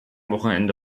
wochenende